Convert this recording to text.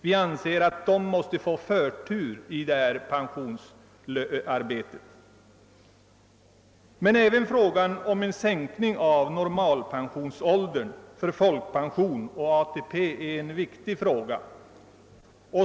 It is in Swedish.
Enligt vår åsikt måste de få förtur i pensionsarbetet. Men även frågan om en sänkning av normalpensionsåldern för folkpension och ATP är viktig.